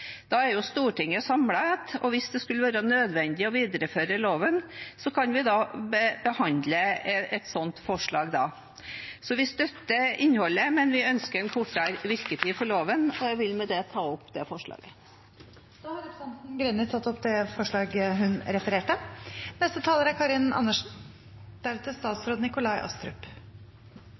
Da er Stortinget samlet, og hvis det sulle være nødvendig å videreføre loven, kan vi behandle et sånt forslag da. Vi støtter innholdet, men vi ønsker en kortere virketid for loven. Jeg vil med det ta opp forslaget fra Fremskrittspartiet, Senterpartiet og SV. Da har representanten Heidi Greni tatt opp forslaget hun refererte til. Det er